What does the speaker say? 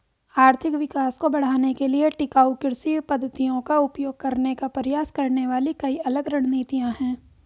आर्थिक विकास को बढ़ाने के लिए टिकाऊ कृषि पद्धतियों का उपयोग करने का प्रयास करने वाली कई अलग रणनीतियां हैं